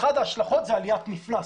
ואחת ההשלכות היא עליית מפלס.